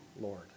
Lord